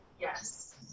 Yes